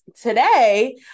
Today